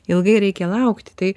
ilgai reikia laukti tai